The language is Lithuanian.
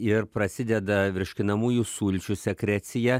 ir prasideda virškinamųjų sulčių sekrecija